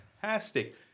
fantastic